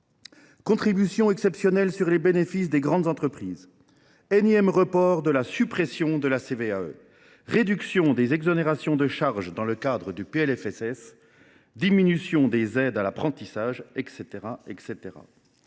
Contribution exceptionnelle sur les bénéfices des grandes entreprises, énième report de la suppression de la CVAE, réduction des exonérations de charges dans le cadre du PLFSS, diminution des aides à l’apprentissage, etc.